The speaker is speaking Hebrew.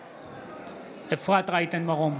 בעד אפרת רייטן מרום,